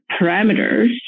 parameters